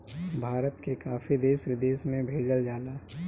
भारत के काफी देश विदेश में भेजल जाला